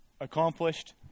accomplished